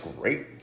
great